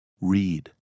Read